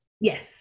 Yes